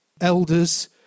elders